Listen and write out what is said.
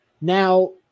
Now